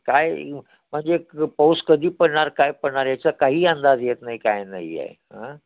काय म्हणजे क पाऊस कधी पडणार काय पडणार याचा काही अंदाज येत नाही काय नाही आहे हां